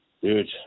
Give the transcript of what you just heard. Dude